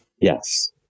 yes